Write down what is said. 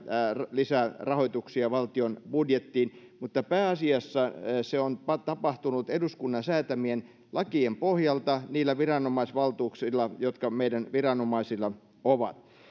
lisärahoituksia valtion budjettiin mutta pääasiassa se on tapahtunut eduskunnan säätämien lakien pohjalta niillä viranomaisvaltuuksilla jotka meidän viranomaisillamme ovat